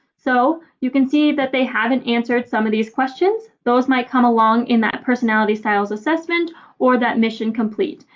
so you can see that they haven't answered some of these questions. those might come along in that personality styles assessment or the mission complete.